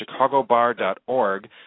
chicagobar.org